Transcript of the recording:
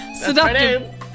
Seductive